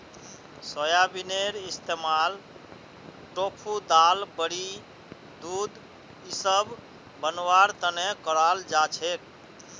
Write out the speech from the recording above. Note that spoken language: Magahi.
सोयाबीनेर इस्तमाल टोफू दाल बड़ी दूध इसब बनव्वार तने कराल जा छेक